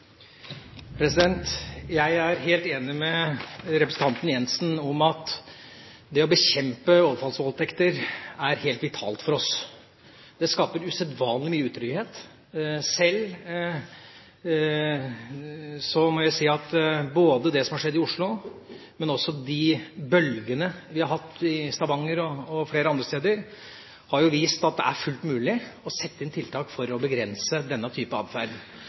Jeg er helt enig med representanten Jensen i at det å bekjempe overfallsvoldtekter er helt vitalt for oss. Det skaper usedvanlig mye utrygghet. Sjøl må jeg si at både det som har skjedd i Oslo, og også de bølgene vi har hatt i Stavanger og flere andre steder, har vist at det er fullt mulig å sette inn tiltak for å begrense denne type atferd.